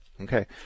Okay